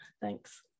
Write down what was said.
thanks